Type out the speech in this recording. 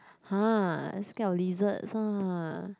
!huh! scared of lizards ah